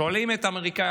שואלים אמריקאי,